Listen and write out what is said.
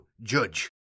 judge